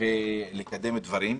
ולקדם דברים,